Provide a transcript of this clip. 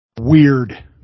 weird